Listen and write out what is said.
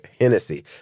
Hennessy